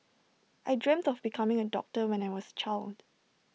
I dreamt of becoming A doctor when I was A child